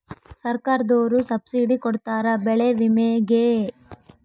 ಸರ್ಕಾರ್ದೊರು ಸಬ್ಸಿಡಿ ಕೊಡ್ತಾರ ಬೆಳೆ ವಿಮೆ ಗೇ